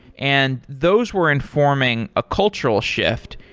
and those were informing a cultural shift,